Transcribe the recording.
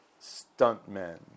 stuntmen